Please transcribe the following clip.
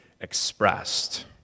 expressed